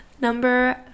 Number